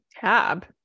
Tab